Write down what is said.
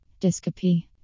Discopy